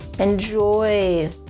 Enjoy